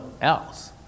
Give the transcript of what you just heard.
else